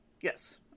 Yes